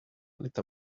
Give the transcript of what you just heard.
lit